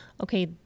okay